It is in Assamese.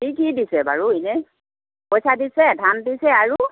কি কি দিছে বাৰু এনেই পইছা দিছে ধান দিছে আৰু